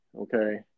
okay